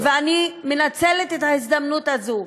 ואני מנצלת את ההזדמנות הזאת